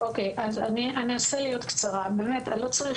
לא צריך